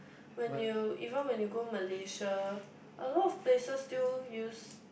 when you even when you go malaysia a lot of places still use